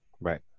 Right